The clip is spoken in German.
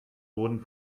wurden